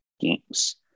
games